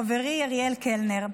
חברי אריאל קלנר,